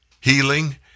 Healing